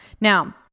now